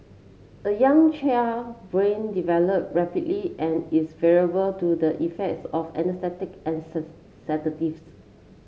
a young child brain develop rapidly and is vulnerable to the effects of and sedatives